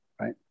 right